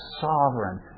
sovereign